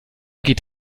geht